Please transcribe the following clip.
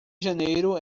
janeiro